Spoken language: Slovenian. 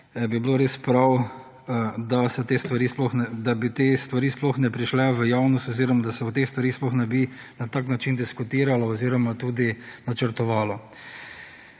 bi bilo res prav, da bi te stvari sploh ne prišle v javnost oziroma da se o teh stvareh sploh ne bi na tak način diskutiralo oziroma tudi načrtovalo.